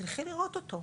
תלכי לראות אותו.